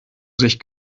sich